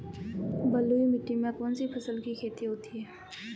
बलुई मिट्टी में कौनसी फसल की खेती होती है?